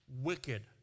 wicked